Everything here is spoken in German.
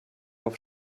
auf